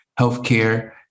healthcare